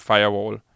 Firewall